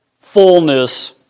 fullness